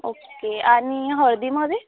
okay आणि हळदीमध्ये